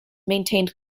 maintained